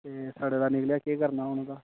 ते सड़े दा निकलेआ केह् करना हून ओहदा